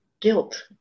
guilt